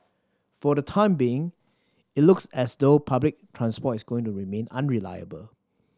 for the time being it looks as though public transport is going to remain unreliable